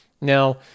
Now